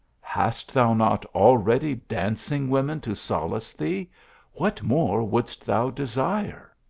hast thou not already dancing women to solace thee what more wouldst thou desire.